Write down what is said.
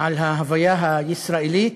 על ההוויה הישראלית,